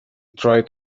tried